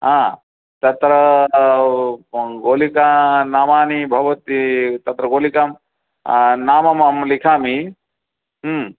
आ तत्र गुलिका नामानि भवति तत्र गुलिकां नाम अहं लिखामि